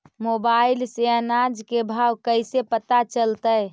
Mobile से अनाज के भाव कैसे पता चलतै?